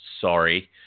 sorry